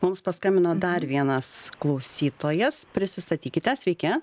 mums paskambino dar vienas klausytojas prisistatykite sveiki